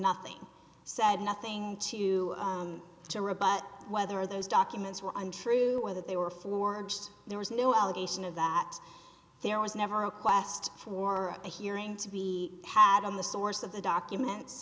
nothing said nothing to to rebut whether those documents were untrue whether they were forged there was no allegation of that there was never a quest for a hearing to be had on the source of the documents